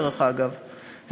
דרך אגב,